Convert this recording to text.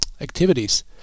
activities